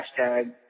Hashtag